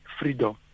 freedom